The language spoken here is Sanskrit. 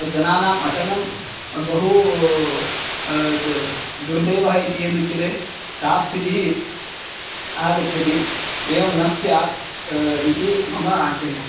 जनानाम् अटनं बहु दुर्देवः इति यद् उच्यते सा स्थितिः आगच्छति एवं न स्यात् इति मम आशयः